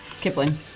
Kipling